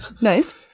nice